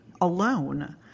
alone